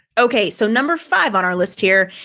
okay, so number five on our list here.